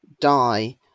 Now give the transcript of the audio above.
die